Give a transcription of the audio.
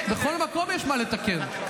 בכל מקום יש מה לתקן.